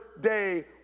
day